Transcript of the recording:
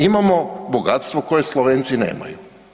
Imamo bogatstvo koje Slovenci nemaju.